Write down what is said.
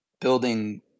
building